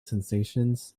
sensations